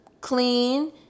clean